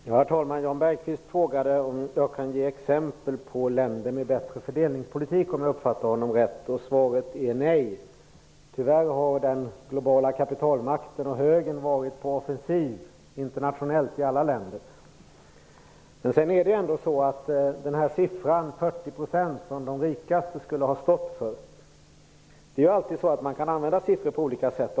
Herr talman! Om jag uppfattade Jan Bergqvist rätt frågade han om jag kunde ge exempel på länder med bättre fördelningspolitik. Svaret är nej. Tyvärr har den globala kapitalmakten och högern varit på offensiv internationellt i alla länder. Det sades att de rikaste skulle ha stått för 40 %. Man kan alltid använda siffror på olika sätt.